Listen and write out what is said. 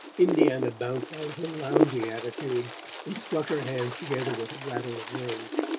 indiana bounced out of her lounging attitude and struck her hands together with a rattle of rings.